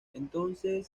entonces